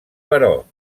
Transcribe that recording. però